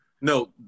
No